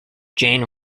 jane